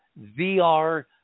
VR